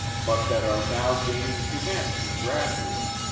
but that are now gaining humanity gradually,